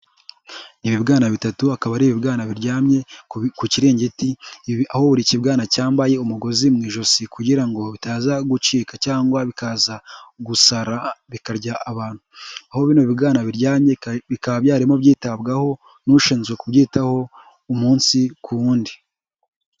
Ibibwana bitatu akaba ari ibibwana biryamye ku kiringiti, aho buri ikibwana cyambaye umugozi mu ijosi kugira bitaza gucika cyangwa bikaza gusara bikarya abantu. Aho bino bi bwana bikaba byarimo byitabwaho n'ushinzwe kubyitaho, umunsi ku wundi.